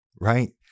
right